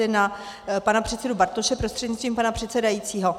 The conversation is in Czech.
Na pana předsedu Bartoše prostřednictvím pana předsedajícího.